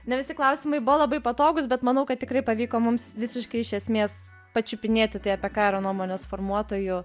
ne visi klausimai buvo labai patogūs bet manau kad tikrai pavyko mums visiškai iš esmės pačiupinėti tai apie ką yra nuomonės formuotojų